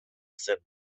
zen